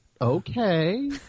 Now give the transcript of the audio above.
Okay